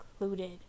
included